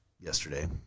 yesterday